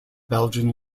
belgian